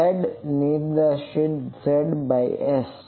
z નિર્દેશિત zs